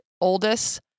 oldest